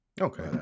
okay